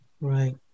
right